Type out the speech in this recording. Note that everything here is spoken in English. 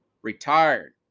retired